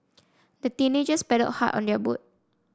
the teenagers paddled hard on their boat